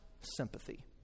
sympathy